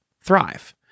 thrive